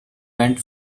went